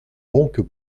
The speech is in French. donc